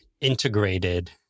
integrated